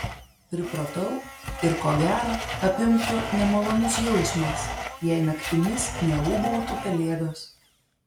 pripratau ir ko gero apimtų nemalonus jausmas jei naktimis neūbautų pelėdos